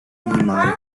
mimari